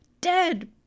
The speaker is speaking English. Dead